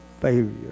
failure